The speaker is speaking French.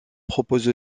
propose